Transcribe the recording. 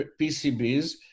PCBs